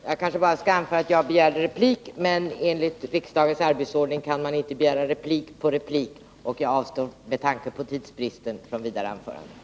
Herr talman! Jag begärde ordet för replik. Men enligt riksdagens arbetsordning kan man inte begära replik på replik, och jag avstår nu med tanke på tidsbristen från vidare anföranden.